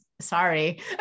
sorry